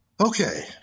Okay